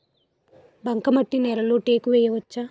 బంకమట్టి నేలలో టేకు వేయవచ్చా?